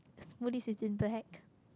smoothies is in black